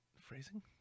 Phrasing